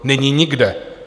Není nikde.